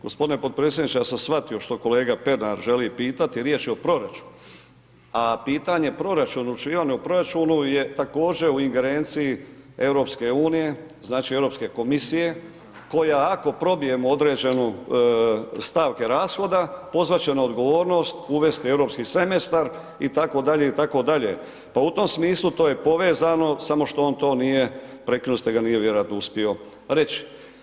Gospodine potpredsjedniče, ja sam shvatio što kolega Pernar želi pitati riječ je o proračunu, a pitanje proračunu, čiji je on u proračunu je također u ingerenciji EU znači Europske komisije koja ako probijemo određenu, stavke rashoda pozvat će na odgovornost, uvesti europski semestar itd., itd., pa u tom smislu to je povezano samo što on to nije, prekinuli ste ga, nije vjerojatno uspio reći.